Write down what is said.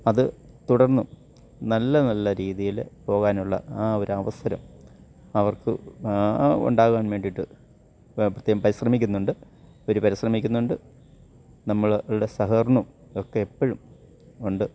അത് തുടർന്നും നല്ല നല്ല രീതീൽ പോകാനുള്ള ആ ഒരു അവസരം അവർക്ക് ഉണ്ടാകുവാൻ വേണ്ടീട്ട് പ്രത്യേകം പരിശ്രമിക്കുന്നുണ്ട് അവർ പരിശ്രമിക്കുന്നുണ്ട് നമ്മൾ അവരുടെ സഹകരണവും ഒക്കെ എപ്പോഴും ഉണ്ട്